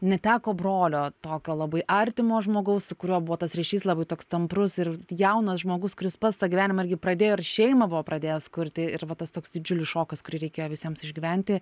neteko brolio tokio labai artimo žmogaus su kuriuo buvo tas ryšys labai toks tamprus ir jaunas žmogus kuris pats tą gyvenimą irgi pradėjo ar šeimą buvo pradėjęs kurti ir va tas toks didžiulis šokas kurį reikėjo visiems išgyventi